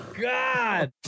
god